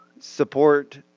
support